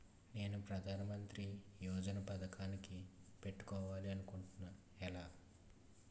నేను ప్రధానమంత్రి యోజన పథకానికి పెట్టుకోవాలి అనుకుంటున్నా ఎలా?